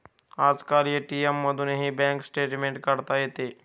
आजकाल ए.टी.एम मधूनही bank statement काढता येते